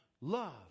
Love